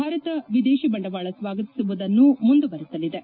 ಭಾರತ ವಿದೇಶಿ ಬಂಡವಾಳ ಸ್ನಾಗತಿಸುವುದನ್ನು ಮುಂದುವರೆಸಲಿದೆ